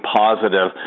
positive